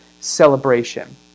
celebration